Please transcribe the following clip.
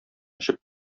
очып